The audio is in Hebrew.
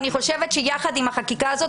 יחד עם החקיקה הזו,